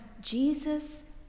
jesus